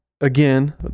Again